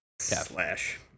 Slash